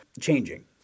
changing